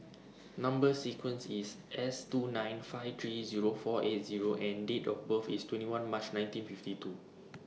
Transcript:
Number sequence IS S two nine five three Zero four eight Zero and Date of birth IS twenty one March nineteen fifty two